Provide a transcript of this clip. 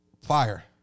Fire